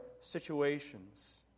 situations